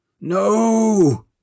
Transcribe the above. No